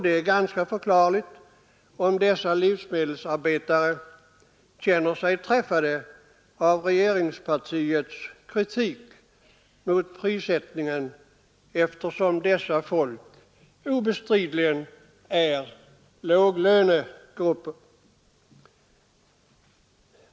Det är ganska förklarligt om dessa livsmedelsarbetare känner sig träffade av regeringspartiets kritik mot prissättningen, eftersom de obestridligen är låglönegrupper.